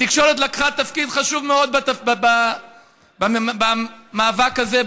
התקשורת לקחה תפקיד חשוב מאוד במאבק הזה,